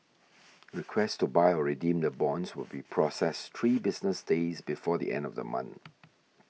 requests to buy or redeem the bonds will be processed three business days before the end of the month